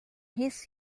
his